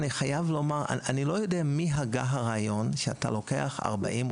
אני חייב לומר שאני לא יודע מי הגה את הרעיון שאתה לוקח 40,